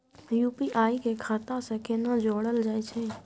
UPI के खाता सं केना जोरल जाए छै?